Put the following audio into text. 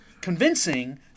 convincing